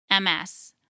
MS